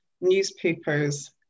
newspapers